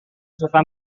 suka